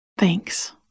Thanks